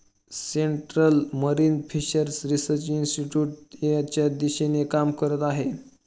central marine fishers research इन्स्टिट्यूटही याच दिशेने काम करत आहे